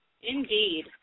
Indeed